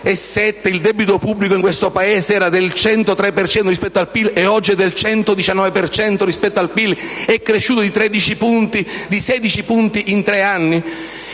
il debito pubblico in questo Paese era del 103 per cento rispetto al PIL e oggi è del 119 per cento rispetto al PIL: è cresciuto di 16 punti in tre anni.